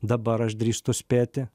dabar aš drįstu spėti